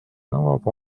nõuab